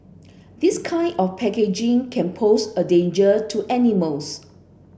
this kind of packaging can pose a danger to animals